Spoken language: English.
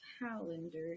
calendar